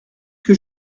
que